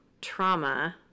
trauma